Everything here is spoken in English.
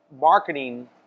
marketing